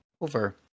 over